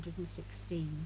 116